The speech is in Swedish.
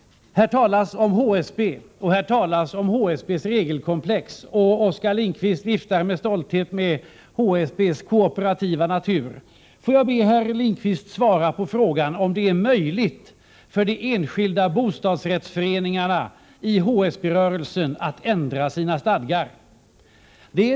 Här talas det om HSB och om HSB:s regelkomplex. Oskar Lindkvist viftar med stolthet med HSB:s kooperativa natur. Får jag be herr Lindkvist svara på frågan om det är möjligt för de enskilda bostadsrättsföreningarna i HSB-rörelsen att ändra sina stadgar.